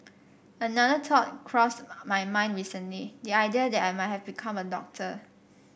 another thought crossed my mind recently the idea that I might have become a doctor